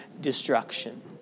destruction